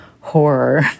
horror